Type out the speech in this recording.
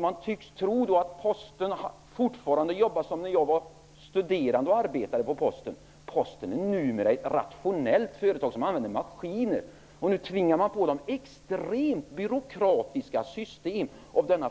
Man tycks tro att Posten fortfarande jobbar så som den gjorde när jag var studerande och arbetade på Posten. Posten är numera ett rationellt företag, som har annat än maskiner. Nu skall vår ''förenklingsregering'' tvinga på den detta extremt byråkratiska system, därför att denna